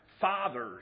fathers